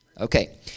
Okay